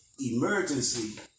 emergency